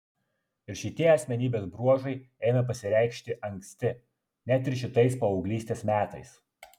ir šitie asmenybės bruožai ėmė pasireikšti anksti net ir šitais paauglystės metais